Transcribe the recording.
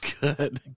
good